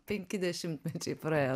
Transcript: penki dešimtmečiai praėjo